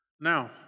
now